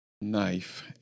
knife